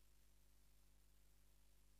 (הגבלת פעילות של מוסדות המקיימים פעילות חינוך)